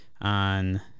on